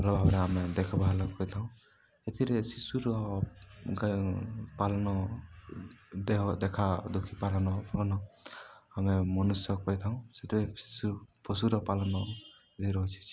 ଭଲ ଭାବରେ ଆମେ ଦେଖିବାହଲ କହିଥାଉ ଏଥିରେ ଶିଶୁର ପାଳନ ଦେହ ଦେଖା ଦୁଃଖୀ ପାଳନଳନ ଆମେ ମନୁଷ୍ୟ କହିଥାଉ ସେଥିରୋଇ ଶିଶୁ ପଶୁର ପାଳନ ଏ ରହିଛି